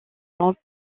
façon